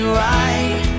right